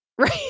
right